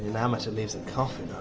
and amateur leaves a coffin